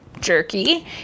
jerky